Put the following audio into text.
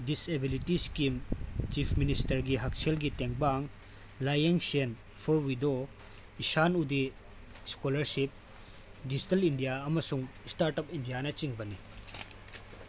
disability scheme chief ꯃꯤꯅꯤꯁꯇꯔꯒꯤ ꯍꯛꯁꯦꯜꯒꯤ ꯇꯦꯡꯕꯥꯡ ꯂꯥꯏꯌꯦꯡ cell for widow Ishan Uday scholarship digital India ꯑꯃꯁꯨꯡ ꯏꯁꯇꯥꯔꯠ ꯎꯞ ꯏꯟꯗꯤꯌꯥꯅ ꯆꯤꯡꯕꯅꯤ